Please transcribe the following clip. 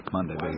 Monday